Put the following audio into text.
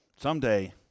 Someday